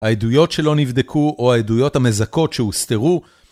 העדויות שלא נבדקו או העדויות המזכות שהוסתרו